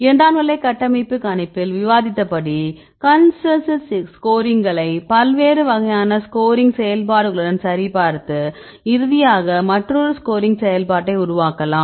இரண்டாம் நிலை கட்டமைப்பு கணிப்பில் விவாதித்தபடி கன்சென்சஸ் ஸ்கோரிங்குகளைக் பல்வேறு வகையான ஸ்கோரிங் செயல்பாடுகளுடன் சரிபார்த்து இறுதியாக மற்றொரு ஸ்கோரிங் செயல்பாட்டை உருவாக்கலாம்